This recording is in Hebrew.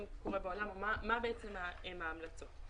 לגבי ההמלצות.